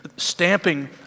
stamping